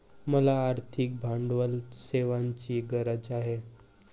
मला आर्थिक भांडवल सेवांची गरज आहे